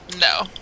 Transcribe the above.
No